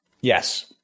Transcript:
yes